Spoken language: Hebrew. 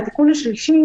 והתיקון השלישי,